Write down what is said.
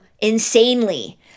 insanely